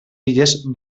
illes